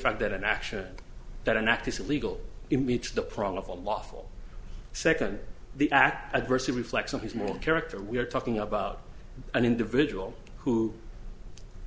fact that an action that an act is legal in meets the problem of a lawful second the act adversely reflects on his moral character we are talking about an individual who